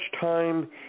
time